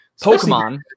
Pokemon